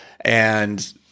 And-